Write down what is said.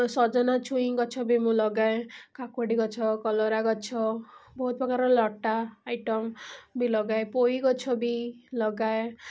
ସଜନା ଛୁଇଁ ଗଛ ବି ମୁଁ ଲଗାଏ କାକୁଡ଼ି ଗଛ କଲରା ଗଛ ବହୁତ ପ୍ରକାର ଲତା ଆଇଟମ୍ ବି ଲଗାଏ ପୋଇ ଗଛ ବି ଲଗାଏ